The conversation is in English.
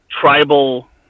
tribal